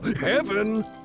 Heaven